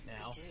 now